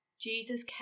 Jesus